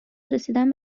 رسیدن